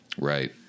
Right